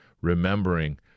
Remembering